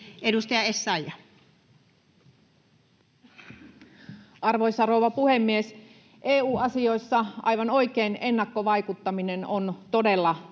16:25 Content: Arvoisa rouva puhemies! EU-asioissa, aivan oikein, ennakkovaikuttaminen on todella tärkeää.